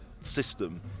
system